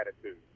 attitude